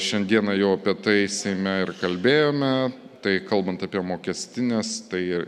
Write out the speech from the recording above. šiandieną jau apie tai seime ir kalbėjome tai kalbant apie mokestines tai